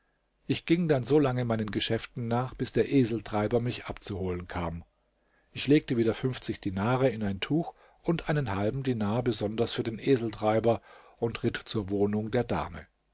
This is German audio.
ich ging dann so lange meinen geschäften nach bis der eseltreiber mich abzuholen kam ich legte wieder dinare in ein tuch und einen halben dinar besonders für den eseltreiber und ritt zur wohnung der dame